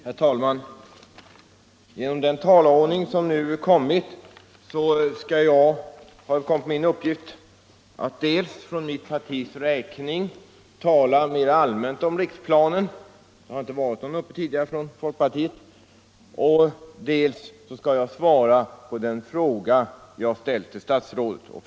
Herr talman! Genom den talarordning som uppställts har det kommit på min lott att dels för mitt partis räkning tala mer allmänt om riksplanen — det har inte varit någon talare tidigare från folkpartiet —, dels kommentera svaret på den fråga jag ställt till bostadsministern.